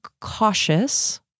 cautious